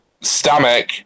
stomach